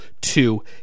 two